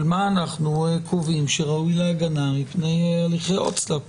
של מה אנחנו קובעים שראוי להגנה מפני הליכי הוצאה לפועל,